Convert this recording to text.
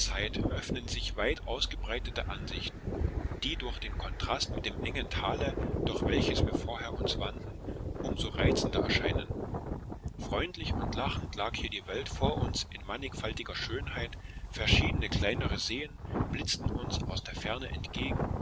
öffnen sich weit ausgebreitete aussichten die durch den kontrast mit dem engen tale durch welches wir vorher uns wanden umso reizender erscheinen freundlich und lachend lag hier die welt vor uns in mannigfaltiger schönheit verschiedene kleinere seen blitzten uns aus der ferne entgegen